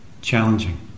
challenging